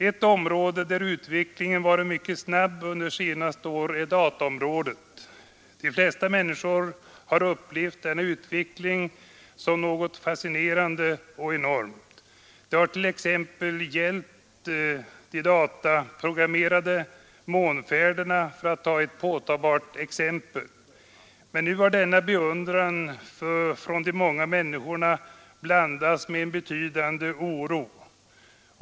Ett område där utvecklingen varit mycket snabb under senaste år är dataområdet. De flesta människor har upplevt denna utveckling som något fascinerande och enormt. Det har bl.a. gällt de dataprogrammerade månfärderna, för att ta ett påtagbart exempel. Men nu har denna beundran från de många människorna blandats med en betydande oro.